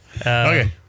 Okay